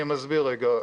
אני מסביר רגע.